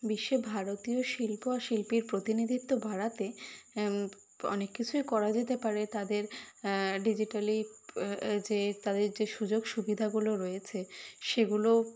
বিশ্বে ভারতীয় শিল্প আর শিল্পীর প্রতিনিধিত্ব বাড়াতে অনেক কিছুই করা যেতে পারে তাদের ডিজিটালি প যে তাদের যে সুযোগ সুবিধাগুলো রয়েছে সেগুলো